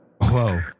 Whoa